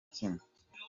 kimwe